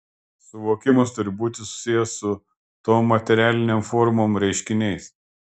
suvokimas turi būti susijęs su tom materialinėm formom reiškiniais